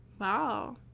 Wow